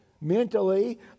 mentally